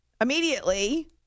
Immediately